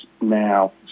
now